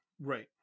Right